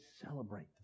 celebrate